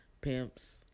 pimps